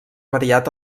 variat